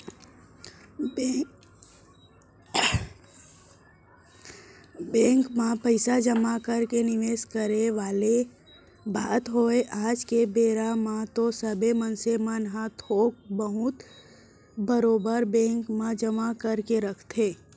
bank म पइसा जमा करके निवेस करे वाले बात होवय आज के बेरा म तो सबे मनसे मन ह थोक बहुत बरोबर बेंक म जमा करके रखथे